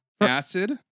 Acid